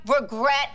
regret